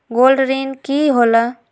Gold ऋण की होला?